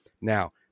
Now